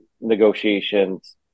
negotiations